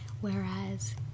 Whereas